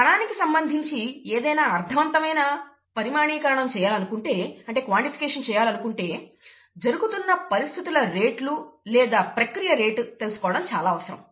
కణానికి సంబంధించి ఏదైనా అర్థవంతమైన పరిమాణికరణం చెయ్యాలనుకుంటే జరుగుతున్న పరిస్థితుల రేట్లు లేదా ప్రక్రియ రేటు తెలుసుకోవడం చాలా అవసరం